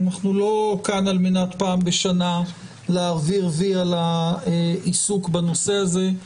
אנחנו לא כאן על מנת להעביר פעם בשנה "וי" על העיסוק בנושא הזה.